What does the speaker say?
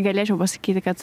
galėčiau pasakyti kad